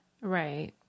Right